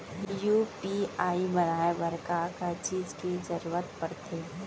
UPI बनाए बर का का चीज के जरवत पड़थे?